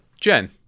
Jen